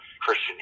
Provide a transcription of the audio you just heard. Christian